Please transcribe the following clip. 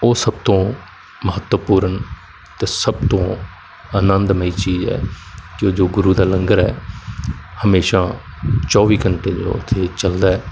ਉਹ ਸਭ ਤੋਂ ਮਹੱਤਵਪੂਰਨ ਅਤੇ ਸਭ ਤੋਂ ਅਨੰਦਮਈ ਚੀਜ਼ ਹੈ ਕਿ ਜੋ ਉਹ ਗੁਰੂ ਦਾ ਲੰਗਰ ਹੈ ਹਮੇਸ਼ਾ ਚੌਵੀ ਘੰਟੇ ਜੋ ਉੱਥੇ ਚਲਦਾ